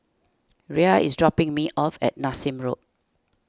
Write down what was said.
Rhea is dropping me off at Nassim Road